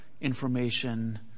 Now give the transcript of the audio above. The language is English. information